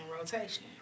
rotation